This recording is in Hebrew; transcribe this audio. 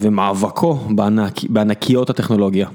ומאבקו בענקיות הטכנולוגיה.